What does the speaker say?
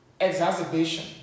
exacerbation